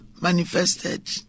manifested